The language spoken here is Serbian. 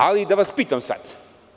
Ali, da vas pitam sad.